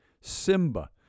Simba